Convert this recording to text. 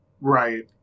Right